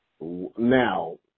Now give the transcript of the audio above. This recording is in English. now